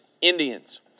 Indians